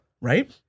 Right